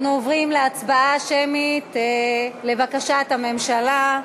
אנחנו עוברים להצבעה שמית, לבקשת הממשלה.